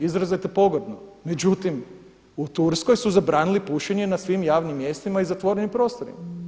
Izrazito pogrdno, međutim u Turskoj su zabranili pušenje na svim javnim mjestima i zatvorenim prostorima.